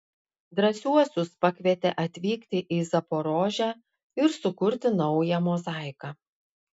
drąsiuosius pakvietė atvykti į zaporožę ir sukurti naują mozaiką